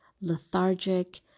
lethargic